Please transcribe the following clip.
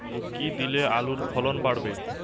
কী দিলে আলুর ফলন বাড়বে?